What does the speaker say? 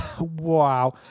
wow